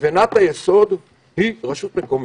אבל לבנת היסוד בכל המערך היא הרשות המקומית.